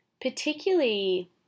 particularly